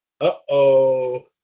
Uh-oh